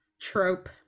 trope